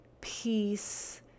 peace